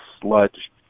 sludge